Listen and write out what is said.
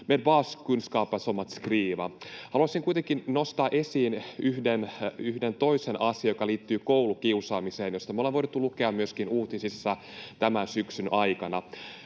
med baskunskaper som att skriva. Haluaisin kuitenkin nostaa esiin yhden toisen asian, joka liittyy koulukiusaamiseen, josta me olemme voineet lukea myöskin uutisista tämän syksyn aikana.